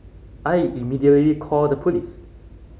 I immediately called the police